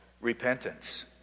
Repentance